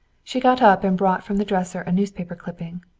she got up and brought from the dresser a newspaper clipping.